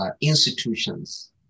institutions